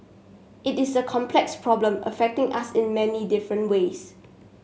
it is a complex problem affecting us in many different ways